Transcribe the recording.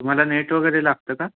तुम्हाला नेट वगैरे लागतं का